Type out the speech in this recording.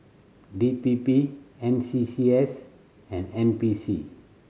D P P N C C S and N P C